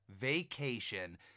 Vacation